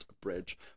bridge